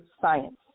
science